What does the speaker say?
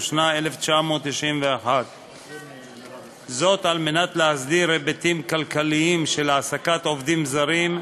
התשנ"א 1991. זאת על מנת להסדיר היבטים כלכליים של העסקת עובדים זרים,